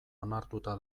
onartuta